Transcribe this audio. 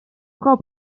frau